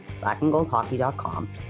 blackandgoldhockey.com